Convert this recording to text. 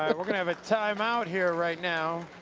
and we're gonna have a timeout here right now.